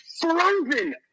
frozen